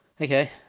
okay